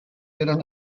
eren